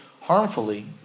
harmfully